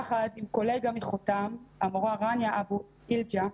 יחד עם קולגה מחותם, המורה רניא אבו היג'א,